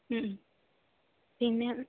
ഉം പിന്നെ